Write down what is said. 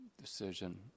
decision